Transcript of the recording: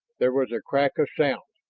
there was a crack of sound.